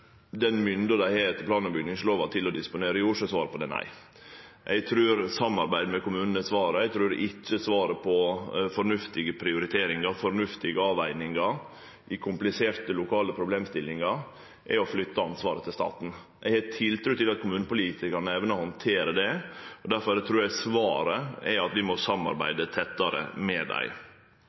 den mynda dei har etter plan- og bygningslova til å disponere jord, er svaret på det nei. Eg trur samarbeid med kommunane er svaret. Eg trur ikkje svaret på fornuftige prioriteringar, fornuftige avvegingar i kompliserte lokale problemstillingar er å flytte ansvaret til staten. Eg har tiltru til at kommunepolitikarane evnar å handtere det, og difor trur eg svaret er at vi må samarbeide tettare med dei.